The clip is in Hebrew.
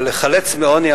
אבל לחלץ מעוני,